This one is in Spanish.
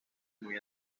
muy